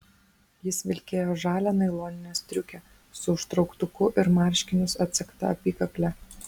jis vilkėjo žalią nailoninę striukę su užtrauktuku ir marškinius atsegta apykakle